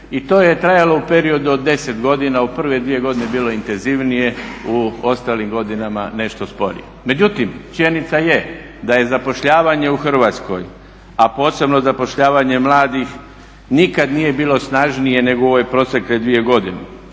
i to je trajalo u periodu od 10 godina. U prve dvije godine je bilo intenzivnije, u ostalim godinama nešto sporije. Međutim, činjenica je da je zapošljavanje u Hrvatskoj a posebno zapošljavanje mladih nikad nije bilo snažnije nego u ove protekle dvije godine.